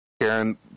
Karen